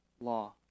law